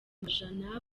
majana